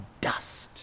dust